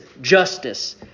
justice